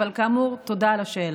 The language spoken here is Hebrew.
אבל כאמור, תודה על השאלה.